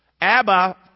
Abba